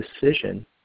decision